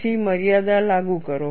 પછી મર્યાદા લાગુ કરો